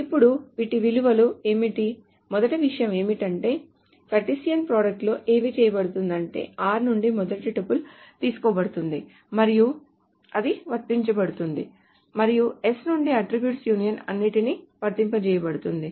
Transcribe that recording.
ఇప్పుడు వీటి విలువలు ఏమిటి మొదటి విషయం ఏమిటంటే కార్టెసియన్ ప్రోడక్ట్ లో ఏమి చేయబడుతుందంటే r నుండి మొదటి టుపుల్ తీసుకోబడుతుంది మరియు అది వర్తించబడుతుంది మరియు s నుండి అట్ట్రిబ్యూట్ యూనియన్ అన్నింటికి వర్తింపచేయబడుతుంది